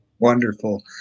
Wonderful